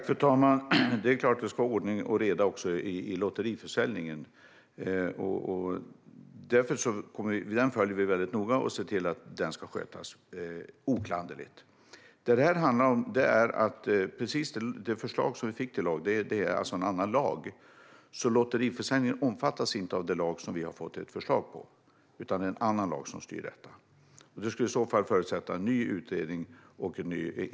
Fru talman! Det är klart att det ska vara ordning och reda också i lotteriförsäljningen. Vi följer den väldigt noga för att se till att den sköts oklanderligt. Det förslag vi har fått gäller en annan lag. Lotteriförsäljning omfattas inte av den lagen utan styrs av en annan lag.